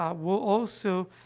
um will also,